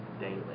daily